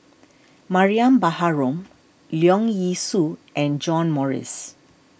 Mariam Baharom Leong Yee Soo and John Morrice